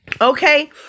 Okay